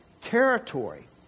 territory